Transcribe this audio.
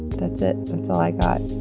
that's it. that's all i got.